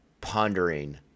pondering